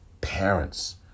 parents